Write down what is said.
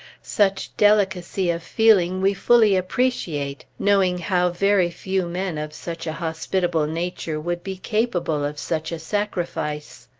such delicacy of feeling we fully appreciate, knowing how very few men of such a hospitable nature would be capable of such a sacrifice.